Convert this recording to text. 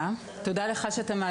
עינת שגיא